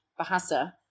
Bahasa